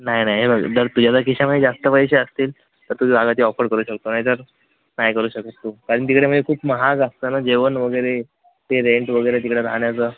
नाही नाही हे बघ जर तुझ्या जर खिशामध्ये जास्त पैसे असतील तर तू जागा ती ऑफोर्ड करू शकतो नाहीतर नाही करू शकत तू कारण तिकडे मये खूप महाग असतं ना जेवण वगैरे ते रेंट वगैरे तिकडं राहण्याचं